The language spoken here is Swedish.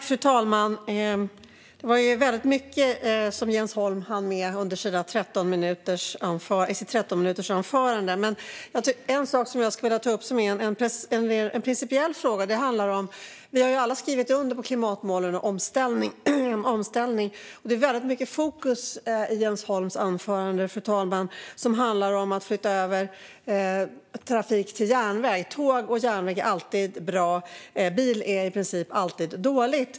Fru talman! Det var mycket som Jens Holm hann med under sitt 13-minutersanförande. Jag vill ta upp en principiell fråga. Vi har alla skrivit under på klimatmålen och omställningen. Det var mycket fokus i Jens Holms anförande på att flytta över trafik till järnväg. Tåg och järnväg är alltid bra, och bil är i princip alltid dåligt.